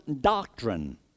doctrine